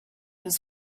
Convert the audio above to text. was